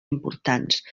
importants